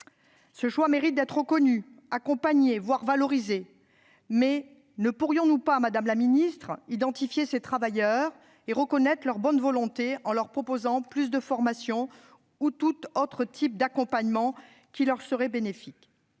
Ce choix mérite d'être reconnu, accompagné, voire valorisé, mais ne pourrions-nous pas, madame la ministre, identifier ces travailleurs et reconnaître leur bonne volonté en leur proposant davantage de formations, ou tout autre type d'accompagnement qui leur serait bénéfique ?